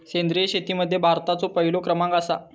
सेंद्रिय शेतीमध्ये भारताचो पहिलो क्रमांक आसा